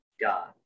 god